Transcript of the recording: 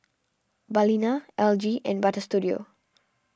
Balina L G and Butter Studio